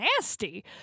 nasty